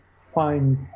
find